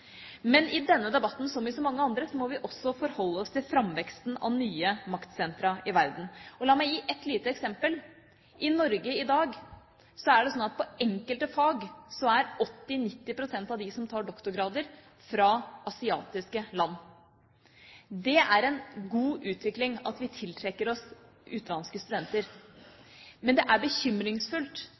i denne debatten, som i så mange andre, må forholde oss til framveksten av nye maktsentre i verden. La meg gi ett lite eksempel: I Norge i dag er det sånn at i enkelte fag er 80–90 pst. av dem som tar doktorgrader, fra asiatiske land. Det er en god utvikling at vi tiltrekker oss utenlandske studenter, men det er bekymringsfullt